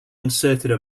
uncertain